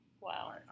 Wow